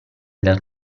dal